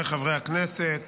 כי הונחו היום על שולחן הכנסת